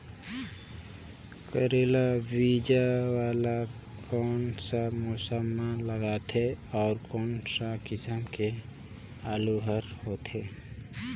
करेला बीजा वाला कोन सा मौसम म लगथे अउ कोन सा किसम के आलू हर होथे?